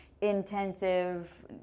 intensive